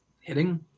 hitting